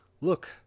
Look